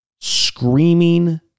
screaming